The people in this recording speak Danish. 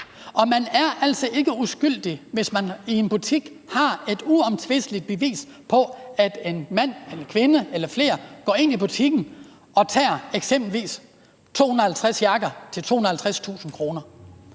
Og man er altså ikke uskyldig, hvis en butik har et uomtvisteligt bevis på, at man – en mand eller en kvinde eller flere personer – går ind i butikken og tager eksempelvis 250 jakker til 250.000 kr.